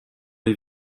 les